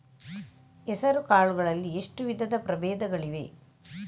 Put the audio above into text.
ಹೆಸರುಕಾಳು ಗಳಲ್ಲಿ ಎಷ್ಟು ವಿಧದ ಪ್ರಬೇಧಗಳಿವೆ?